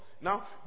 now